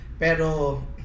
Pero